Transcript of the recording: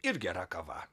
ir gera kava